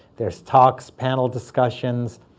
there's talks, panel discussions,